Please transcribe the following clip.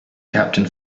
captain